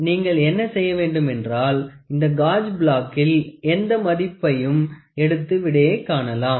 எனவே நீங்கள் என்ன செய்ய வேண்டும் என்றால் இந்த காஜ் பிளாக்கில் எந்த மதிப்பையும் எடுத்து விடையை காணலாம்